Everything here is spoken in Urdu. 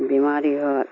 بیماری ہو